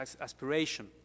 aspiration